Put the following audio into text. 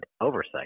oversight